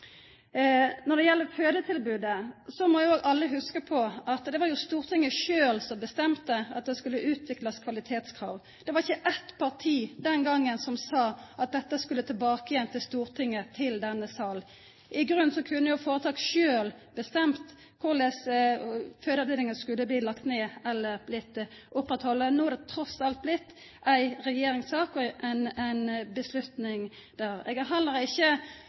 Når det gjeld fødetilbodet, må alle hugsa på at det var Stortinget sjølv som bestemte at det skulle utviklast kvalitetskrav. Det var ikkje eitt parti den gongen som sa at dette skulle tilbake igjen til Stortinget, til denne salen. I grunnen kunne føretaka sjølve bestemt om fødeavdelingar skulle bli lagde ned eller bli oppretthaldne. No er det trass alt blitt ei regjeringssak og ei avgjerd der. Eg har heller ikkje